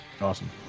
Awesome